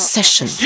Session